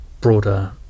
broader